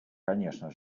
конечно